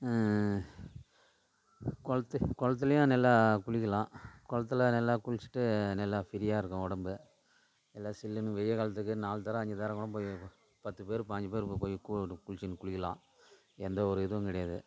குளத்து குளத்துலையும் நல்லா குளிக்கலாம் குளத்துல நல்லா குளித்துட்டு நல்லா ஃப்ரீயாக இருக்கும் உடம்பு நல்லா சில்லுன்னு வெய்யல் காலத்துக்கு நாலுதரம் அஞ்சுதரம் கூட போய் பத்துப்பேர் பயஞ்சு பேர் இப்போ போய் கு குளிச்சின் குளிக்கலாம் எந்தவொரு இதுவும் கிடையாது